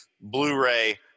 Blu-ray